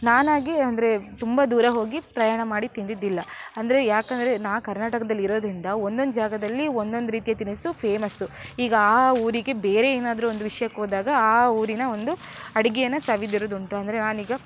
ನಾನಾಗಿ ಅಂದರೆ ತುಂಬ ದೂರ ಹೋಗಿ ಪ್ರಯಾಣ ಮಾಡಿ ತಿಂದಿದ್ದಿಲ್ಲ ಅಂದರೆ ಯಾಕಂದರೆ ನಾ ಕರ್ನಾಟಕದಲ್ಲಿರೋದರಿಂದ ಒಂದೊಂದು ಜಾಗದಲ್ಲಿ ಒಂದೊಂದು ರೀತಿಯ ತಿನಿಸು ಫೇಮಸ್ಸು ಈಗ ಆ ಊರಿಗೆ ಬೇರೆ ಏನಾದರೂ ಒಂದು ವಿಷಯಕ್ಕೋದಾಗ ಆ ಊರಿನ ಒಂದು ಅಡುಗೇನ ಸವಿದಿರೋದುಂಟು ಅಂದರೆ ನಾನೀಗ